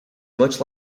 much